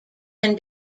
can